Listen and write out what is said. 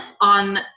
on